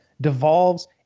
devolves